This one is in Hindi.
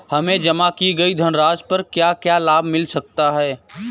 हमें जमा की गई धनराशि पर क्या क्या लाभ मिल सकता है?